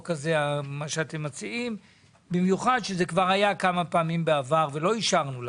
אתם צריכים לחזור אלינו עם שיעורי בית